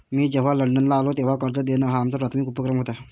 मी जेव्हा लंडनला आलो, तेव्हा कर्ज देणं हा आमचा प्राथमिक उपक्रम होता